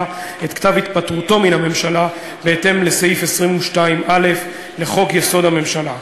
את כתב התפטרותו מן הממשלה בהתאם לסעיף 22(א) לחוק-יסוד: הממשלה.